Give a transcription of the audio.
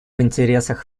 интересах